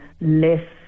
less